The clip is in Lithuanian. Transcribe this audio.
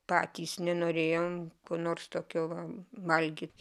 patys nenorėjom ko nors tokio va valgyt